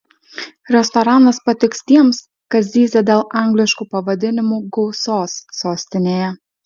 restoranas patiks tiems kas zyzia dėl angliškų pavadinimų gausos sostinėje